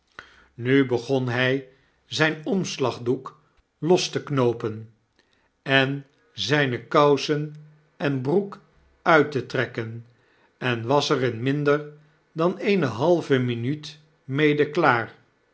nu begon hj zjjn omslagdoek los te knoopen en zgne kousen en broek uit te trekken en was er in minder dan eene halve minuut mede klaar